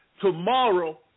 Tomorrow